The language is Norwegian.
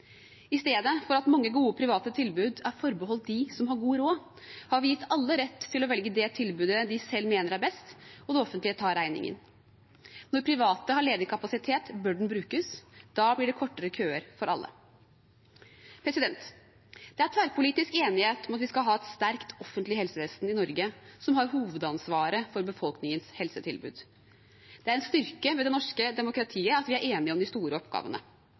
I stedet for at mange gode private tilbud er forbeholdt dem som har god råd, har vi gitt alle rett til å velge det tilbudet de selv mener er best, og det offentlige tar regningen. Når private har ledig kapasitet, bør den brukes. Da blir det kortere køer for alle. Det er tverrpolitisk enighet om at vi skal ha et sterkt offentlig helsevesen i Norge, som har hovedansvaret for befolkningens helsetilbud. Det er en styrke ved det norske demokratiet at vi er enige om de store oppgavene.